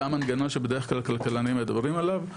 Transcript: זה המנגנון שבדרך כלל כלכלנים מדברים עליו,